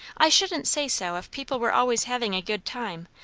i shouldn't say so if people were always having a good time,